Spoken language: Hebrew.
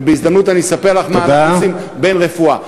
ובהזדמנות אני אספר לך מה אנחנו עושים בין רפואה,